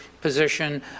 position